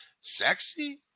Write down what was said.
Sexy